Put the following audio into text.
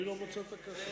אני לא מוצא את הקשר.